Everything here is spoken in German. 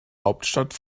hauptstadt